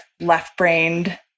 left-brained